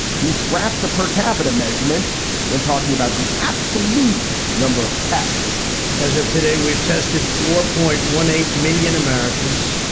he's scrapped the per capita measurement when talking about the absolute number of tests as of today, we've tested four point one eight million americans.